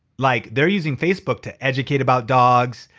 like they're using facebook to educate about dogs,